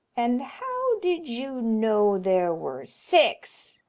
and how did you know there were six,